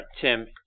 Tim